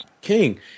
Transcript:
King